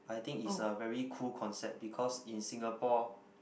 I think it's a very cool concept because in Singapore